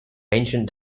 ancient